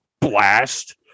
blast